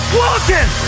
walking